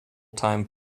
time